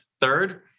Third